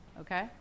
Okay